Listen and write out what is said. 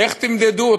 איך תמדדו אותם?